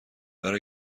برا